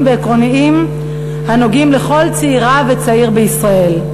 ועקרוניים הנוגעים לכל צעירה וצעיר בישראל.